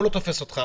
הוא לא תופס אותך.